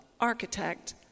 architect